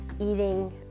eating